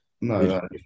no